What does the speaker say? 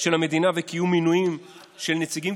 של המדינה וקיום מינויים של נציגים